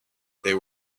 there